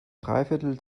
dreiviertel